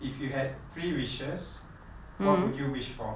if you had three wishes what would you wish for